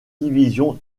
division